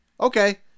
Okay